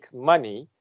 money